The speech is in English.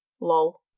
lol